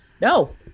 no